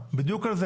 בדיוק על זה,